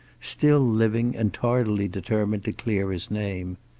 still living and tardily determined to clear his name.